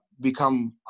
become